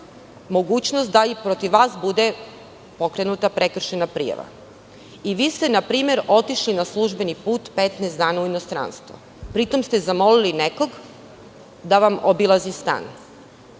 mogućnost da i protiv vas bude pokrenuta prekršajna prijava i vi ste, na primer, otišli na službeni put 15 dana u inostranstvo, pri tom ste zamolili nekog da vam obilazi stan.